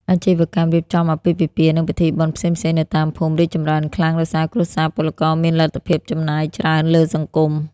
អាជីវកម្ម "រៀបចំអាពាហ៍ពិពាហ៍" និងពិធីបុណ្យផ្សេងៗនៅតាមភូមិ រីកចម្រើនខ្លាំង ដោយសារគ្រួសារពលករមានលទ្ធភាពចំណាយច្រើនលើសង្គម។